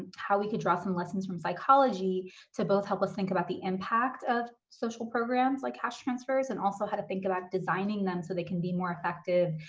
how we can draw some lessons from psychology to both help us think about the impact of social programs like cash transfers. and also how to think about designing them so they can be more effective,